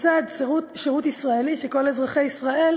לצד שירות ישראלי שכל אזרחי ישראל,